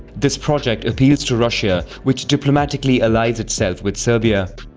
this project appeals to russia, which diplomatically allies itself with serbia.